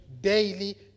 daily